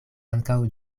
ankaŭ